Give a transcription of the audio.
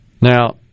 Now